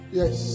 yes